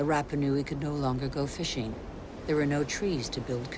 the raptor knew it could no longer go fishing there were no trees to build